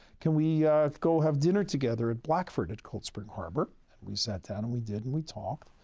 can we go have dinner together at blackford at cold spring harbor? and we sat down, and we did, and we talked.